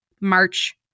March